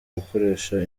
gukoresha